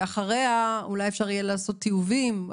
ואחריה אולי אפשר יהיה לעשות טיובים,